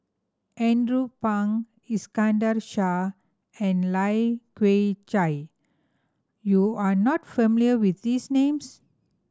Andrew Phang Iskandar Shah and Lai Kew Chai you are not familiar with these names